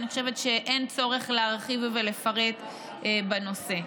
אני חושבת שאין צורך להרחיב ולפרט בנושא.